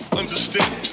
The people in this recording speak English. understand